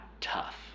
tough